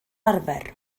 arfer